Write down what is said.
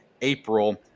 April